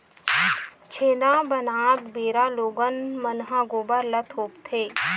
छेना बनात बेरा लोगन मन ह गोबर ल थोपथे